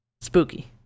Spooky